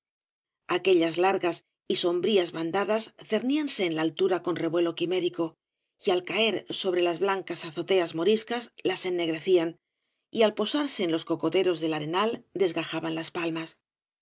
aquellas largas y sombrías bandadas cerníanse en la altura con revuelo quimérico y al caer sobre las blancas azoteas moriscas las ennegrecían y al posarse en los cocoteros del arenal desgajaban las palmas parecían aves de